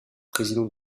président